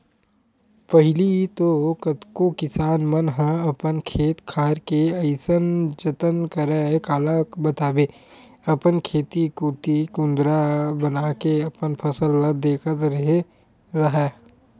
पहिली तो कतको किसान मन ह अपन खेत खार के अइसन जतन करय काला बताबे अपन खेत कोती कुदंरा बनाके अपन फसल ल देखत रेहे राहय